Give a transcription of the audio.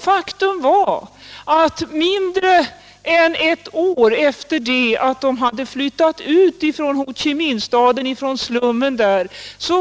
Faktum var att mindre än ett år efter det att de hade flyttat ut från Ho Chi Minh-stadens slum